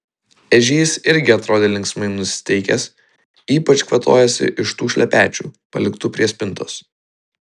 ežys irgi atrodė linksmai nusiteikęs ypač kvatojosi iš tų šlepečių paliktų prie spintos